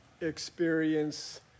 experience